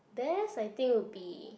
there's I think would be